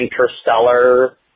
interstellar